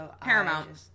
Paramount